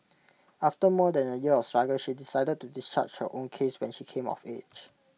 after more than A year of struggle she decided to discharge her own case when she came of age